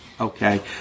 okay